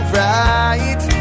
right